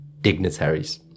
dignitaries